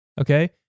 Okay